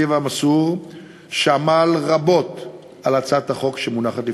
והמסור שעמל רבות על הצעת החוק שמונחת לפניכם.